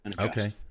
Okay